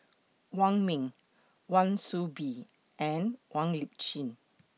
Wong Ming Wan Soon Bee and Wong Lip Chin